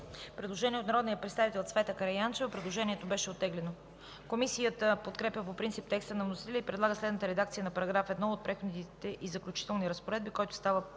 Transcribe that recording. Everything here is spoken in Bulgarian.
Предложение на народния представител Цвета Караянчева. Предложението беше оттеглено. Комисията подкрепя по принцип текста на вносителя и предлага следната редакция на § 1 от Преходните и заключителните разпоредби, който става